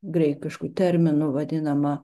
graikišku terminu vadinama